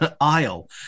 aisle